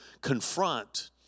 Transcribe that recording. confront